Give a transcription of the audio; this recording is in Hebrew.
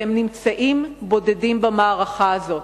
והם נמצאים בודדים במערכה הזאת.